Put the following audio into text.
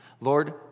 Lord